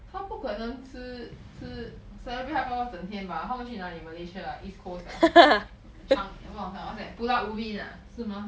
她不可能吃吃 celebrate 她爸爸整天吧她们去哪里 Malaysia East Coast ah Chang~ 不懂 what's that Pulau Ubin ah 是吗